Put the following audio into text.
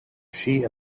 she